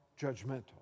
judgmental